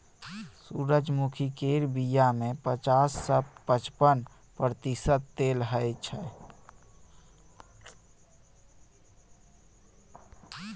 सूरजमुखी केर बीया मे पचास सँ पचपन प्रतिशत तेल रहय छै